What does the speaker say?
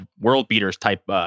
world-beaters-type